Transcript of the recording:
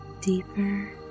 deeper